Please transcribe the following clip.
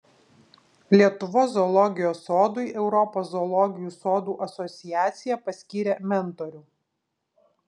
lietuvos zoologijos sodui europos zoologijos sodų asociacija paskyrė mentorių